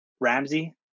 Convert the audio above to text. Ramsey